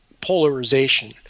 polarization